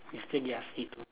you still get us eat